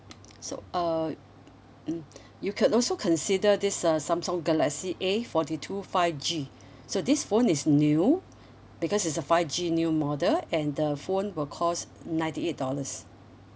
so uh mm you can also consider this uh samsung galaxy A forty two five G so this phone is new because it's a five G new model and the phone will cost ninety eight dollars